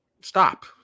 stop